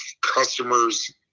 customers